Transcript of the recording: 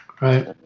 Right